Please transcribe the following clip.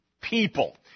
people